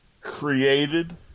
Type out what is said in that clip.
created